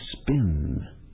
spin